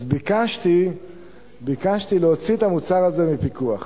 אז ביקשתי להוציא את המוצר הזה מפיקוח,